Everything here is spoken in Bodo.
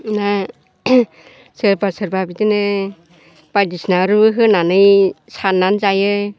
सोरबा सोरबा बिदिनो बायदिसिनारु होनानै सारनानै जायो